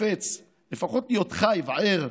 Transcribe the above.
החפץ לפחות להיות חי וער,